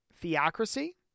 theocracy